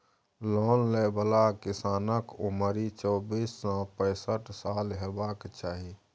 loan लय बला किसानक उमरि चौबीस सँ पैसठ साल हेबाक चाही